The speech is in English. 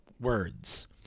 words